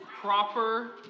proper